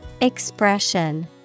Expression